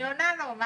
אני עונה לו.